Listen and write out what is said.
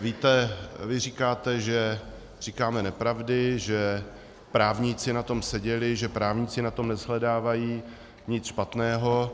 Víte, vy říkáte, že říkáme nepravdy, že právníci na tom seděli, že právníci na tom neshledávají nic špatného.